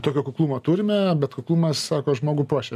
tokio kuklumo turime bet kuklumas sako žmogų puošia